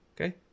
Okay